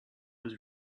was